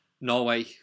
Norway